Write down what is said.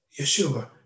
Yeshua